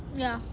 ya